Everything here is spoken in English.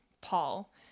Paul